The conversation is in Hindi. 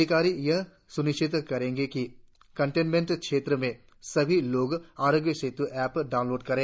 अधिकारी यह स्निश्चित करेंगे कि कंटेनमेंट क्षेत्र में सभी लोग आरोग्य सेत् ऐप डाउनलोड करें